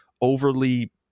overly